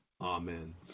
Amen